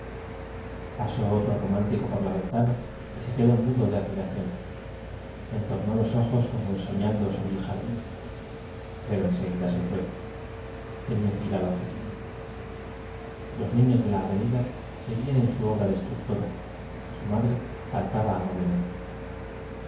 pasó ofro romántico por la ventana y se quedó mudo de admiración entornó los ojos como ensoñando sobre el jardín pero enseguida se fue tenía que ir a la ofi cina los niños de la avenida seguían en su obra destructora y su madre canta ba amablemente